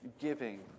giving